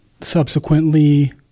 Subsequently